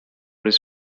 his